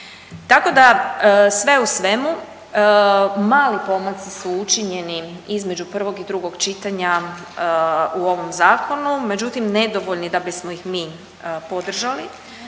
Tako da sve u svemu mali pomaci su učinjeni između prvog i drugog čitanja u ovom zakonu međutim, nedovoljni da bismo ih mi podržali.